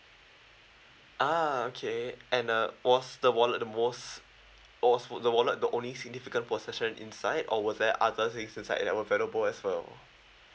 ah okay and uh was the wallet the most was the wallet the only significant possession inside or was there other things inside that were valuable as well